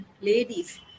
ladies